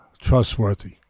trustworthy